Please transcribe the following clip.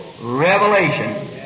revelation